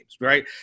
right